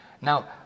Now